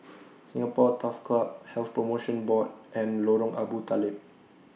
Singapore Turf Club Health promotion Board and Lorong Abu Talib